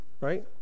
right